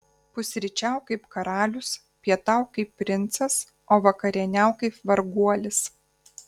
pusryčiauk kaip karalius pietauk kaip princas o vakarieniauk kaip varguolis